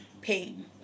pain